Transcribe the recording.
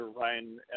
Ryan